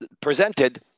presented